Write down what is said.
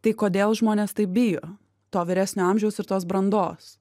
tai kodėl žmonės taip bijo to vyresnio amžiaus ir tos brandos